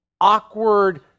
awkward